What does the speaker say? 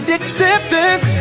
acceptance